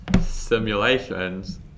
Simulations